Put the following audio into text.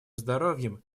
здоровьем